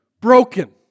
broken